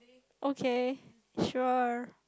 okay sure